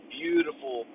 beautiful